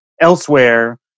elsewhere